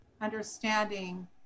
understanding